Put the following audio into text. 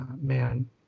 man